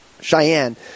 Cheyenne